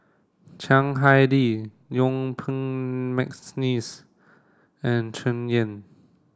Chiang Hai Ding Yuen Peng McNeice and Tsung Yeh